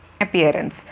appearance